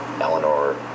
Eleanor